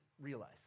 realize